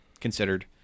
considered